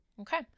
Okay